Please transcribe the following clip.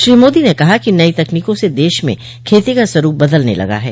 श्री मोदी ने कहा कि नई तकनीकों से देश में खेती का स्वरूप बदलने लगा है